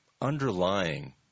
underlying